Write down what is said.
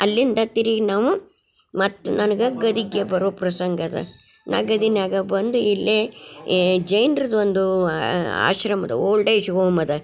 ಅಲ್ಲಿಂದ ತಿರುಗಿ ನಾವು ಮತ್ತು ನನ್ಗೆ ಗದಿಗ್ಗೆ ಬರೋ ಪ್ರಸಂಗದ ನಾ ಗದಿನ್ಯಾಗ ಬಂದು ಇಲ್ಲೆ ಏ ಜೈನ್ರದ ಒಂದು ಆಶ್ರಮದ ಓಲ್ಡ್ ಏಜ್ ಓಮ್ ಅದ